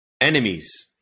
enemies